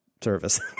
service